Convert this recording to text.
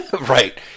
Right